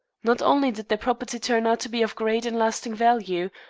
not only did their property turn out to be of great and lasting value,